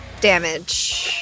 damage